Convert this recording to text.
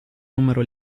numero